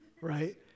right